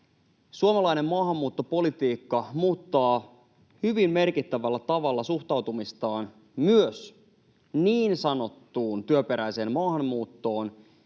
suomalainen maahanmuuttopolitiikka muuttaa hyvin merkittävällä tavalla suhtautumistaan myös niin sanottuun työperäiseen maahanmuuttoon